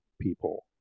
people